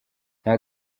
nta